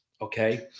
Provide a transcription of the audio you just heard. okay